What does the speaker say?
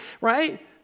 right